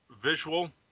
visual